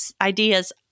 ideas